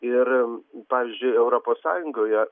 ir pavyzdžiui europos sąjungoje